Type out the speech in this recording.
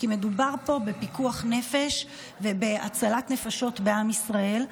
כי מדובר פה בפיקוח נפש ובהצלת נפשות בעם ישראל.